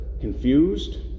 confused